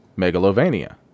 megalovania